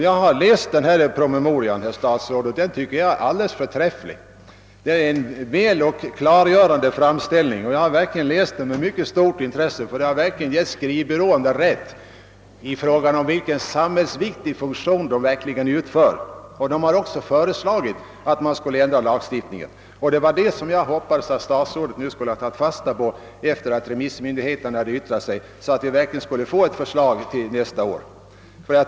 Jag har läst den promemoria som inrikesministern omnämnde i sitt svar, och jag tycker att den är bra. Det är en klargörande framställning, och jag har läst den med stort intresse. Den har givit skrivbyråerna stöd i deras samhällsviktiga funktion. I promemorian har föreslagits att lagstiftningen skulle ändras. Det var detta jag hoppades att statsrådet skulle ha tagit fasta på efter det att remissmyndigheterna hade yttrat sig, så att vi kunde få ett förslag till nästa år.